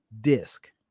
disc